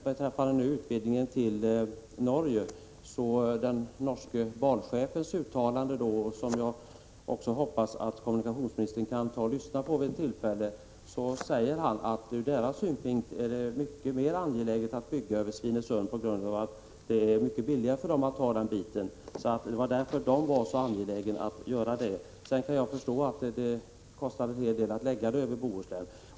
Beträffande utvidgningen till Norge säger den norske banchefen i ett uttalande, som jag hoppas att kommunikationsministern kan ta del av vid tillfälle, att det ur norrmännens synvinkel är mycket mer angeläget att bygga en bro över Svinesund på grund av att det blir mycket billigare för dem att ha den biten. Jag kan dock förstå att det kostar en hel del att dra banan genom Bohuslän.